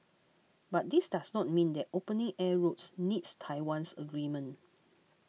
but this does not mean that opening air routes needs Taiwan's agreement